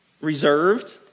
reserved